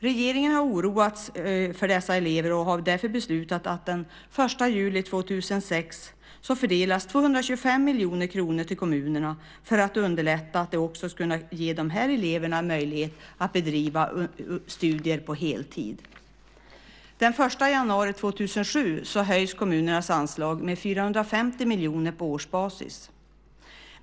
Regeringen har oroats av dessa elever och har därför beslutat att den 1 juli 2006 fördela 225 miljoner kronor till kommunerna för att underlätta att också kunna ge de här eleverna möjlighet att bedriva studier på heltid. Den 1 januari 2007 höjs kommunernas anslag med 450 miljoner på årsbasis.